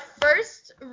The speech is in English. first